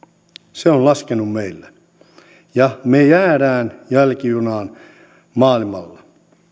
se on laskenut meillä ja me jäämme jälkijunaan maailmalla